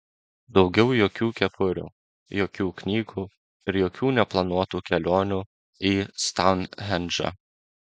daugiau jokių kepurių jokių knygų ir jokių neplanuotų kelionių į stounhendžą